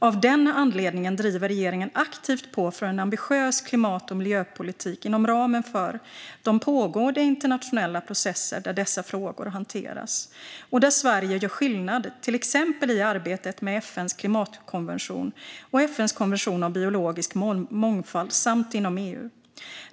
Av den anledningen driver regeringen aktivt på för en ambitiös klimat och miljöpolitik inom ramen för de pågående internationella processer där dessa frågor hanteras och där Sverige gör skillnad, till exempel i arbetet med FN:s klimatkonvention och FN:s konvention om biologisk mångfald samt inom EU.